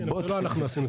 לא אנחנו עשינו.